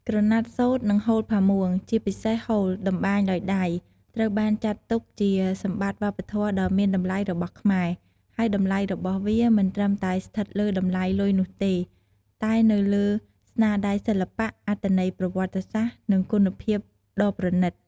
ក្រណាត់សូត្រ និងហូលផាមួង ជាពិសេសហូលតម្បាញដោយដៃ ត្រូវបានចាត់ទុកជាសម្បត្តិវប្បធម៌ដ៏មានតម្លៃរបស់ខ្មែរ ហើយតម្លៃរបស់វាមិនត្រឹមតែស្ថិតលើតម្លៃលុយនោះទេ តែនៅលើស្នាដៃសិល្បៈ អត្ថន័យប្រវត្តិសាស្ត្រ និងគុណភាពដ៏ប្រណិត។